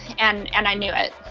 and and i knew it.